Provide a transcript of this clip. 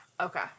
okay